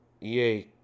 EA